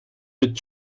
mit